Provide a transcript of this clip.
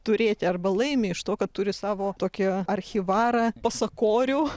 turėti arba laimi iš to kad turi savo tokią archyvarą pasakorių